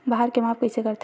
भार के माप कइसे करथे?